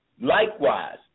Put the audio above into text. Likewise